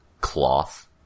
cloth